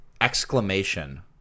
Exclamation